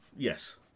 Yes